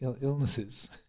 illnesses